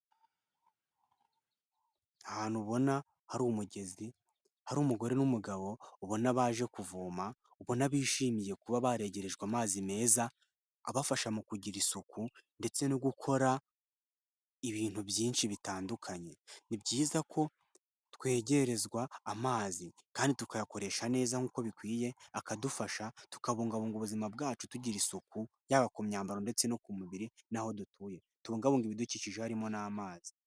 Ahantu ubona hari umugezi, hari umugore n'umugabo ubona baje kuvoma, ubona bishimiye kuba baregerejwe amazi meza abafasha mu kugira isuku ndetse no gukora ibintu byinshi bitandukanye, ni byiza ko twegerezwa amazi kandi tukayakoresha neza nk'uko bikwiye akadufasha tukabungabunga ubuzima bwacu tugira isuku yaba ku myambaro ndetse no ku mubiri n'aho dutuye, tubungabunge ibidukikije harimo n'amazi.